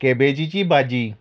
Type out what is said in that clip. केबेजीची भाजी